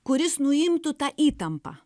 kuris nuimtų tą įtampą